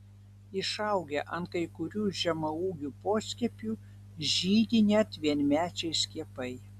išaugę ant kai kurių žemaūgių poskiepių žydi net vienmečiai skiepai